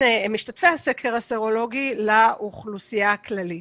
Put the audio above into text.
משתתפי הסקר הסרולוגי לבין האוכלוסייה הכללי.